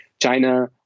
China